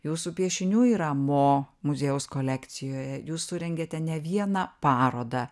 jūsų piešinių yra mo muziejaus kolekcijoje jūs surengėte ne vieną parodą